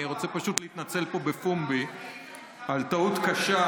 אני רוצה להתנצל פה בפומבי על טעות קשה,